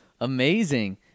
Amazing